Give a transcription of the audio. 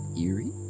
eerie